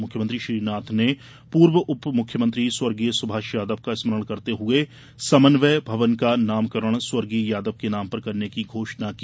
मुख्यमंत्री श्री नाथ ने पूर्व उप मुख्यमंत्री स्वर्गीय सुभाष यादव का स्मरण करते हुए समन्वय भवन का नामकरण स्वर्गीय यादव के नाम पर करने की घोषणा की